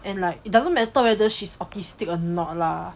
and like it doesn't matter whether she's autistic or not lah